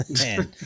Man